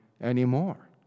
anymore